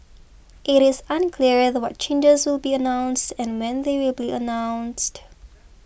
it is unclear what changes will be announced and when they will be announced